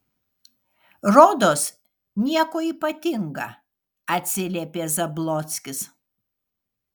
rodos nieko ypatinga atsiliepė zablockis